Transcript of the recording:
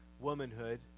womanhood